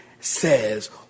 Says